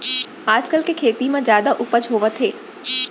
आजकाल के खेती म जादा उपज होवत हे